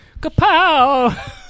Kapow